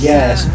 Yes